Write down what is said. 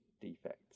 defects